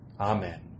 Amen